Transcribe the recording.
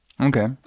Okay